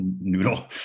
noodle